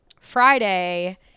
Friday